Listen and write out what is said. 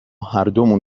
هردومون